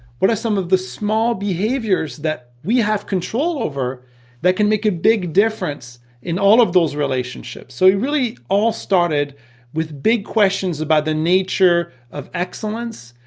what are some of the small behaviors that we have control over that can make a big difference in all of those relationships? so it really all started with big questions about the nature of excellence,